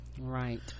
right